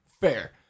fair